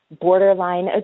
borderline